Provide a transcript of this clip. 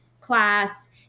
class